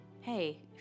Hey